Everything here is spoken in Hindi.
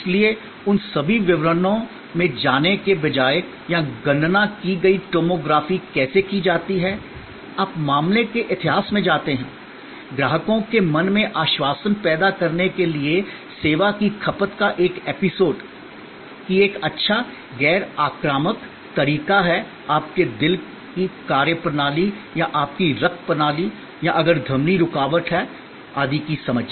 इसलिए उन सभी विवरणों में जाने के बजाय या गणना की गई टोमोग्राफी कैसे की जाती है आप मामले के इतिहास में जाते हैं ग्राहकों के मन में आश्वासन पैदा करने के लिए सेवा की खपत का एक एपिसोड कि यह एक अच्छा गैर आक्रामक तरीका है आपके दिल की कार्यप्रणाली या आपकी रक्त प्रणाली या अगर धमनी रुकावट या आदि की समझ